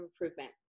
improvement